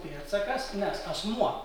pėdsakas nes asmuo